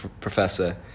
professor